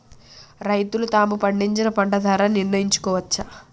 రైతులు తాము పండించిన పంట ధర నిర్ణయించుకోవచ్చా?